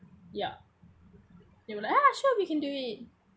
ya they will like ya sure we can do it